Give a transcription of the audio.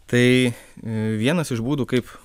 tai vienas iš būdų kaip